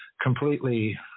completely